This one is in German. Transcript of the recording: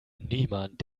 niemand